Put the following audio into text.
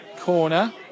corner